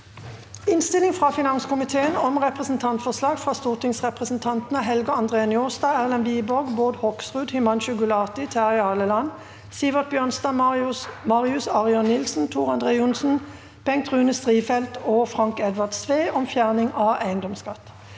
Innstilling fra finanskomiteen om Representantfor- slag fra stortingsrepresentantene Helge André Njåstad, Erlend Wiborg, Bård Hoksrud, Himanshu Gulati, Terje Halleland, Sivert Bjørnstad, Marius Arion Nilsen, Tor André Johnsen, Bengt Rune Strifeldt og Frank Edvard Sve om fjerning av eiendomsskatt